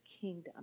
kingdom